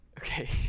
okay